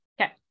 okay